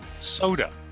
Soda